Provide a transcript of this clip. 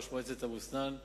ראש מועצת אבו-סנאן,